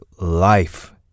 life